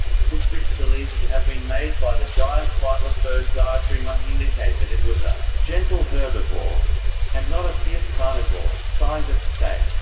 footprints believed to have been made by the giant flightless bird diatryma indicate that it was a gentle herbivore and not a fierce carnivore, scientists say.